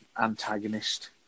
antagonist